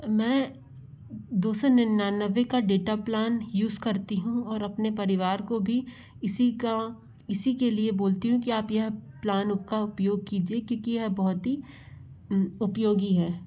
मैं दो सौ निन्यानवे का डेटा प्लान यूज़ करती हूँ और अपने परिवार को भी इसी का इसी के लिए बोलती हूँ कि आप यह प्लान उप का उपयोग कीजिए क्योंकि यह बहुत ही उपयोगी है